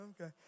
Okay